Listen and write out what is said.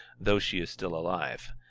though she is still alive.